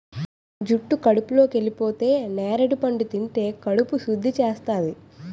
జుట్టు కడుపులోకెళిపోతే నేరడి పండు తింటే కడుపు సుద్ధి చేస్తాది